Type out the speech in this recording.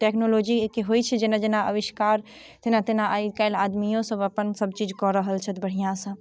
टेक्नोलॉजीके होइ छै जेना जेना आविष्कार तेना तेना आइ कल्हि आदमियो सभ अपन सभचीज कऽ रहल छथि बढ़िऑं सँ